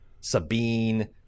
Sabine